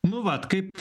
nu vat kaip